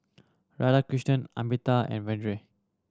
Radhakrishnan Amitabh and Vedre